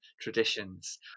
traditions